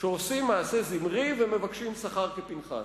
שעושים מעשה זמרי ומבקשים שכר כפנחס.